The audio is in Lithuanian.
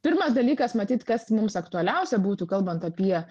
pirmas dalykas matyt kas mums aktualiausia būtų kalbant apie